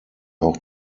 auch